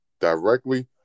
directly